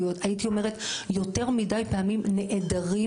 או הייתי אומרת יותר מדי פעמים נעדרים